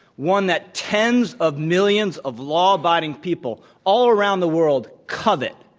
one that tens of millions of law-abiding people all around the world covet,